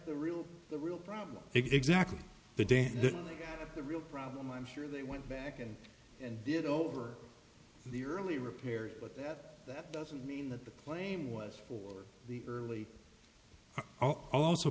that the real the real problem exactly the day the real problem i'm sure they went back in and did over the early repairs but that doesn't mean that the claim was for the early